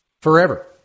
forever